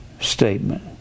statement